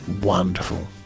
wonderful